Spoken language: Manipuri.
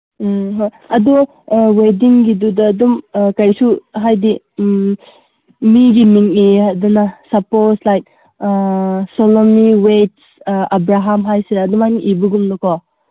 ꯎꯝ ꯍꯣꯏ ꯑꯗꯨ ꯋꯦꯗꯤꯡꯒꯤꯗꯨꯗ ꯑꯗꯨꯝ ꯀꯩꯁꯨ ꯍꯥꯏꯗꯤ ꯃꯤꯒꯤ ꯃꯤꯡ ꯏꯔꯦꯗꯅ ꯁꯄꯣꯁ ꯂꯥꯏꯛ ꯁꯣꯂꯝꯅꯤ ꯋꯦꯠꯁ ꯑꯕ꯭ꯔꯥꯍꯝ ꯍꯥꯏꯁꯤꯔꯥ ꯑꯗꯨꯃꯥꯏꯅ ꯏꯕꯒꯨꯝꯅꯀꯣ